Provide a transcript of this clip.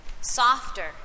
softer